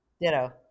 Ditto